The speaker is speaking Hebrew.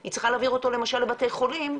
היא צריכה להעביר אותו למשל לבתי חולים,